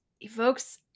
evokes